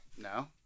No